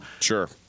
Sure